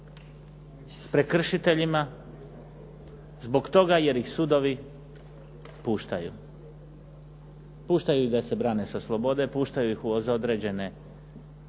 s prekršiteljima zbog toga jer ih sudovi puštaju. Puštaju ih da se brane sa slobode, puštaju ih uz određene